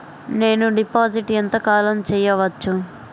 నేను డిపాజిట్ ఎంత కాలం చెయ్యవచ్చు?